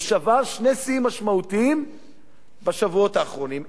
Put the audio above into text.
או שבר, שני שיאים משמעותיים בשבועות האחרונים.